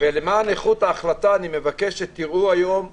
ולמען איכות ההחלטה אני מבקש שתראו את